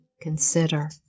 consider